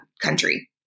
country